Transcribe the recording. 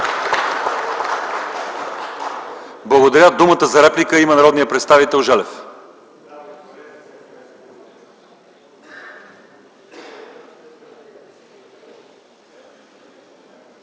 Благодаря. Думата за реплика има народният представител Желев.